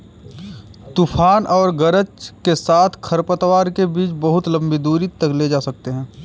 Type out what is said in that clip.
तूफान और गरज के साथ खरपतवार के बीज बहुत लंबी दूरी तक ले जा सकते हैं